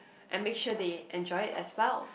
and make sure they enjoy it as well